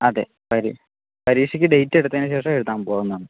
അതെ പരീക്ഷയ്ക്ക് ഡേറ്റ് എടുത്തതിന് ശേഷം എഴുതാൻ പോകാവുന്നതാണ്